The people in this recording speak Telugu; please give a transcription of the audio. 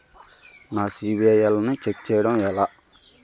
నా సిబిఐఎల్ ని ఛెక్ చేయడం ఎలా?